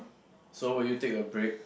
so will you take a break